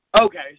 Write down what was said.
Okay